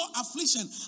affliction